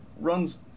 runs